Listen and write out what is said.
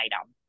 item